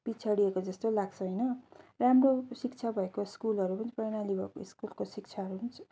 पिछाडिएको जस्तो लाग्छ होइन राम्रो शिक्षा भएको स्कुलहरू पनि प्रणाली भएको स्कुलको शिक्षाहरू पनि